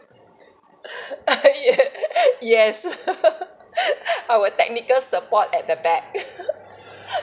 ya yes our technical support at the back